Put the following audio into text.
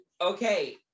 okay